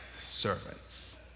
servants